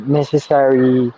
necessary